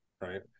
Right